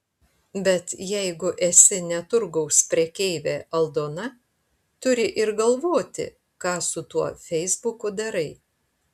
bet jeigu esi ne turgaus prekeivė aldona turi ir galvoti ką su tuo feisbuku darai